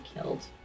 killed